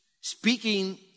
speaking